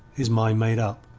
his mind made up,